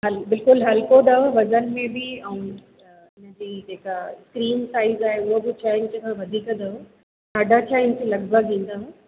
हल बिल्कुलु हल्को अथव वज़न में बि ऐं हिनजी जेका स्क्रीन साइज़ आहे हूअ बि छह इंच खां वधीक अथव साडा छह इंच लॻभॻि ईंदव